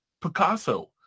Picasso